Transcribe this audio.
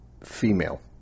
Female